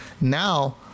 Now